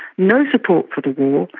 no support for the war,